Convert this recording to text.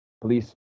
police